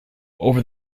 over